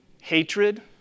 hatred